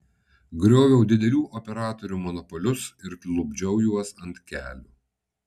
grioviau didelių operatorių monopolius ir klupdžiau juos ant kelių